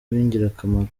w’ingirakamaro